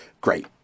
great